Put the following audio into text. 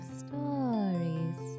stories